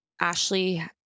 Ashley